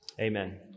amen